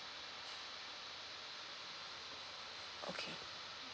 okay